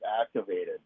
activated